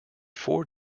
four